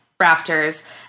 raptors